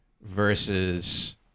versus